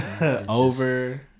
Over